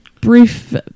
brief